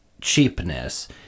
cheapness